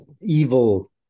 evil